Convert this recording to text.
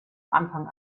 anfang